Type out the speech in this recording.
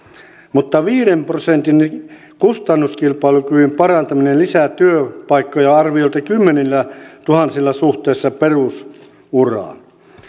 mutta viiden prosentin kustannuskilpailukyvyn parantaminen lisää työpaikkoja arviolta kymmenillätuhansilla suhteessa perusuraan